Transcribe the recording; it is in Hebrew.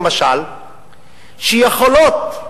למשל,